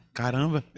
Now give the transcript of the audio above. caramba